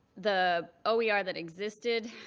the oer that existed